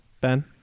Ben